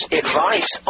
advice